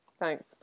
Thanks